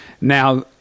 Now